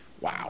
wow